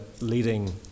leading